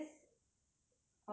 ultimately